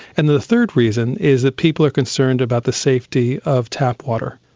and the third reason is that people are concerned about the safety of tap water.